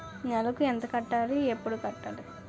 నెలకు ఎంత కట్టాలి? ఎప్పుడు కట్టాలి?